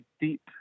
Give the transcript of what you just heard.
deep